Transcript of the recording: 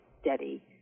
steady